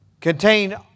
contain